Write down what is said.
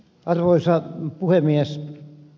arvoisa puhemies